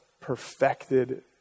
perfected